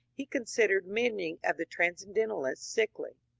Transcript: he considered many of the transcendentalists sickly.